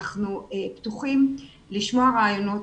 אנחנו פתוחים לשמוע רעיונות.